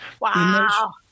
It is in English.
Wow